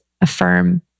affirm